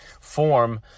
form